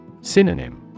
Synonym